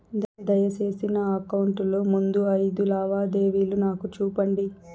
దయసేసి నా అకౌంట్ లో ముందు అయిదు లావాదేవీలు నాకు చూపండి